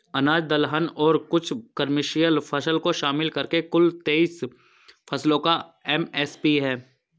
अनाज दलहन और कुछ कमर्शियल फसल को शामिल करके कुल तेईस फसलों का एम.एस.पी है